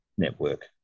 network